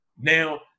now